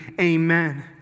amen